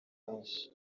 benshi